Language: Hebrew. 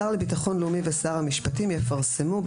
18. (א) השר לביטחון לאומי ושר המשפטים יפרסמו,